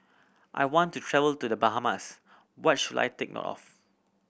I want to travel to The Bahamas what should I take note of